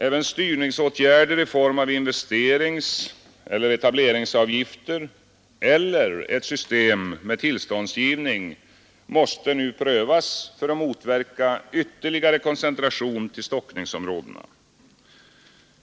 Även styrningsåtgärder i form av investeringseller etableringsavgifter eller ett system med tillståndsgivning måste nu prövas för att motverka ytterligare koncentration till stockningsområdena.